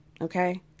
Okay